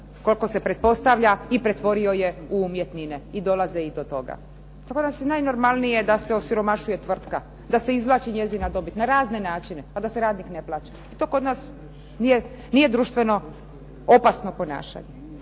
koliko se pretpostavlja i pretvorio ju u umjetnine i dolaze i do toga. Kod nas je najnormalnije da se osiromašuje tvrtka, da se izvlači njezina dobit na razne načine, a da se radnik ne plaća, to kod nas nije društveno opasno ponašanje.